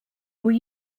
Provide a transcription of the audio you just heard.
were